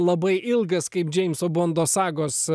labai ilgas kaip džeimso bondo sagos